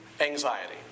anxiety